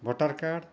voter card